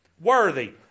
Worthy